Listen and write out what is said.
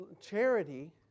charity